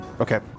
Okay